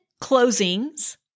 closings